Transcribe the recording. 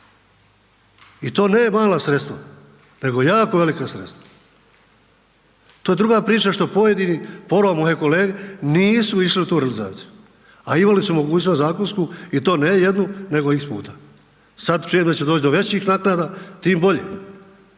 I to ne mala sredstva nego jako velika sredstva. To je druga priča što pojedini, pola mojih kolega nisu išli u tu realizaciju. A imali su mogućnost zakonsku i to ne jednu nego x puta. Sad čujem da će doći do većih naknada, tim bolje.